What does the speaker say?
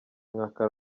nkaka